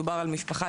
ומקל.